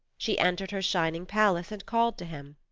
she entered her shining palace and called to him.